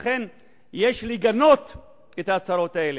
ולכן יש לגנות את ההצהרות האלה.